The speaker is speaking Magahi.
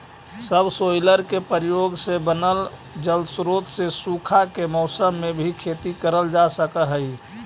सबसॉइलर के प्रयोग से बनल जलस्रोत से सूखा के मौसम में भी खेती करल जा सकऽ हई